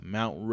Mount